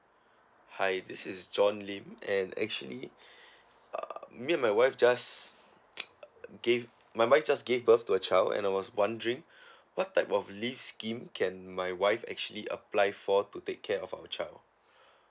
hi this is john lim and actually uh me and my wife just gave my wife just gave birth to a child and I was wondering what type of leaves scheme can my wife actually apply for to take care of our child